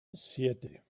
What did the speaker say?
siete